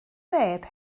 neb